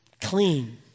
clean